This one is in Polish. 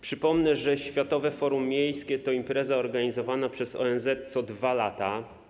Przypomnę, że Światowe Forum Miejskie to impreza organizowana przez ONZ co 2 lata.